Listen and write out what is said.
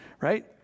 right